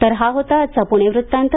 तर हा होता आजचा पुणे वृत्तांत